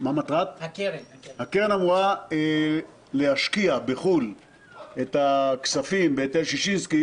הקרן אמורה להשקיע בחו"ל את הכספים בהיטל ששינסקי